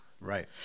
Right